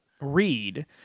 read